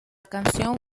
canción